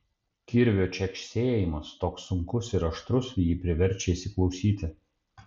kirvio čeksėjimas toks sunkus ir aštrus jį priverčia įsiklausyti